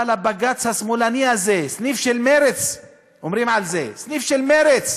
אבל הבג"ץ השמאלני הזה, סניף של מרצ,